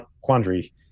quandary